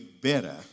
better